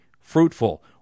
fruitful